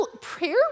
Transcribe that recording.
prayer